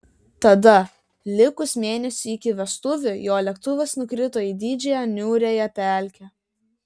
tada likus mėnesiui iki vestuvių jo lėktuvas nukrito į didžiąją niūriąją pelkę